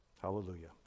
Hallelujah